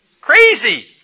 Crazy